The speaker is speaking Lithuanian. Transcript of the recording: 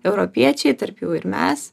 europiečiai tarp jų ir mes